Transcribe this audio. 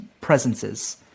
presences